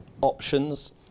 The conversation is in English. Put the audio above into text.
options